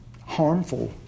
harmful